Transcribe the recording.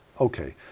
Okay